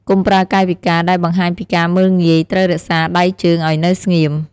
កុំប្រើកាយវិការដែលបង្ហាញពីការមើលងាយត្រូវរក្សាដៃជើងឱ្យនៅស្ងៀម។